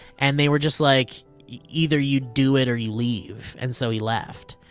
and they were just like either you do it or you leave. and so, he left.